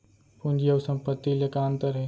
पूंजी अऊ संपत्ति ले का अंतर हे?